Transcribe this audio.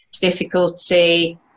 difficulty